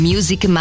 Music